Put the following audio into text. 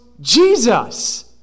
Jesus